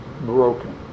broken